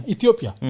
Ethiopia